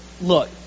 look